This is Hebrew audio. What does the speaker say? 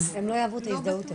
הם לא יאהבו את ההזדהות אפילו.